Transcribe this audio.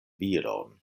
viron